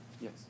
Yes